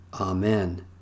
Amen